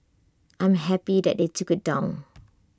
I am happy they took IT down